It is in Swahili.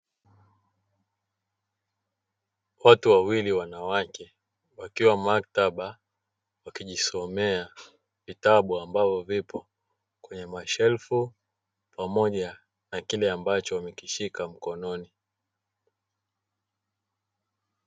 Watu wawili wanawake wakiwa maktaba wakijisomea vitabu ambavyo vipo kwenye mashelfu pamoja na kile ambacho wamekishika mkononi.